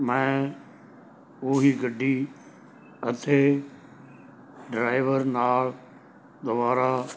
ਮੈਂ ਉਹ ਹੀ ਗੱਡੀ ਅਤੇ ਡਰਾਈਵਰ ਨਾਲ ਦੁਬਾਰਾ